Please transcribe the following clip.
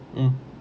mm